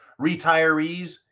retirees